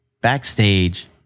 backstage